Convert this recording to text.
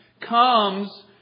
comes